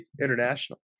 international